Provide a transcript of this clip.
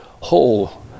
whole